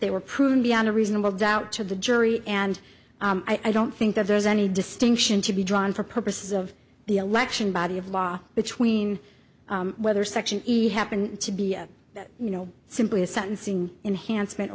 they were proven beyond a reasonable doubt to the jury and i don't think that there's any distinction to be drawn for purposes of the election body of law between whether section you happen to be you know simply a sentencing enhancement or